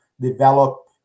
develop